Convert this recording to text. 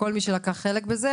כל מי שלקח חלק בזה,